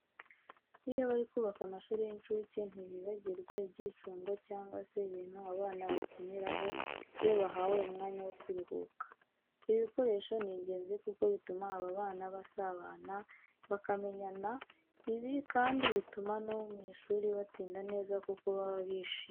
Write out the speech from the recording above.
Iyo bari kubaka amashuri y'incuke ntibibagirwa ibyicundo cyangwa se ibintu abana bakiniraho iyo bahawe umwanya wo kuruhuka. Ibi bikoresho ni ingenzi kuko bituma aba bana basabana bakamenyana. Ibi kandi bituma no mu ishuri batsinda neza kuko baba bishyimye.